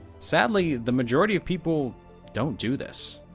sadly, the majority of people don't do this.